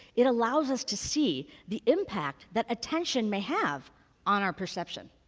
it allows us to see the impact that attention may have on our perception.